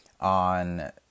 on